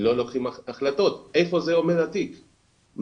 לא לוקחים החלטות, איפה התיק עומד?